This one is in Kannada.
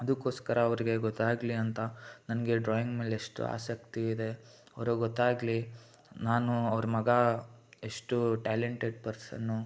ಅದಕ್ಕೋಸ್ಕರ ಅವರಿಗೆ ಗೊತ್ತಾಗಲಿ ಅಂತ ನನಗೆ ಡ್ರಾಯಿಂಗ್ ಮೇಲೆ ಎಷ್ಟು ಆಸಕ್ತಿ ಇದೆ ಅವ್ರಿಗೆ ಗೊತ್ತಾಗಲಿ ನಾನು ಅವರ ಮಗ ಎಷ್ಟು ಟ್ಯಾಲೆಂಟೆಡ್ ಪರ್ಸನ್